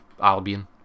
Albion